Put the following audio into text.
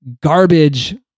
garbage